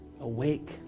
awake